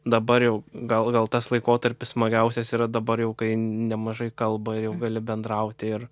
dabar jau gal gal tas laikotarpis smagiausias yra dabar jau kai nemažai kalba ir jau gali bendrauti ir